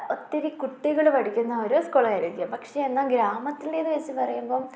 ഒത്തിരി കുട്ടികൾ പഠിക്കുന്ന ഒരു സ്കൂളായിരിക്കും പക്ഷേ എന്നാൽ ഗ്രാമത്തിൽ എന്ന് വെച്ച് പറയുമ്പം